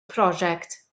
prosiect